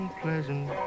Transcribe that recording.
pleasant